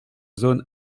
zone